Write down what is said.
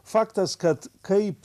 faktas kad kaip